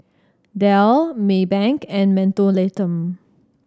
Dell Maybank and Mentholatum